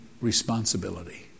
responsibility